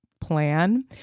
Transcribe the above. plan